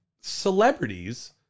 celebrities